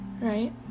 right